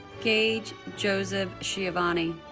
gage joseph schiavoni